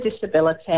disability